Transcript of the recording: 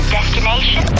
Destination